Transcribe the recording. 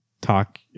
talk